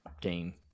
game